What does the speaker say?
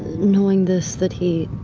knowing this, that he.